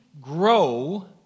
grow